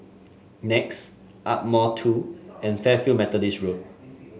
Nex Ardmore Two and Fairfield Methodist